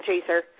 chaser